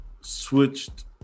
switched